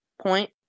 point